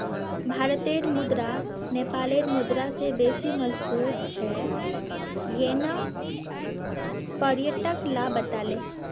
भारतेर मुद्रा नेपालेर मुद्रा स बेसी मजबूत छेक यन न पर्यटक ला बताले